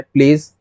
Please